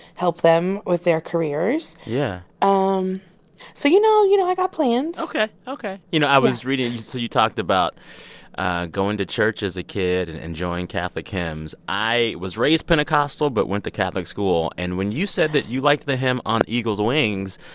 help them with their careers yeah um so, you know you know, i got plans ok. ok. you know, i was reading so you talked about going to church as a kid and enjoying catholic hymns. i was raised pentecostal but went to catholic school. and when you said that you liked the hymn on eagles wings,